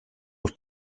have